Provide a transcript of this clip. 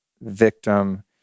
victim